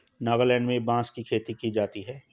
नागालैंड में बांस की खेती की जाती है